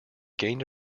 gained